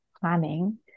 planning